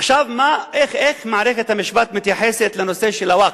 עכשיו, איך מערכת המשפט מתייחסת לנושא של הווקף,